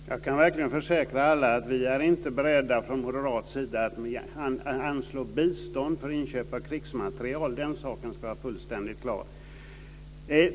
Fru talman! Jag kan verkligen försäkra alla att vi från moderat sida inte är beredda att anslå bistånd för inköp av krigsmateriel. Den saken är fullständigt klar.